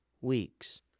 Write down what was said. weeks